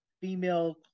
female